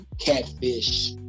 catfish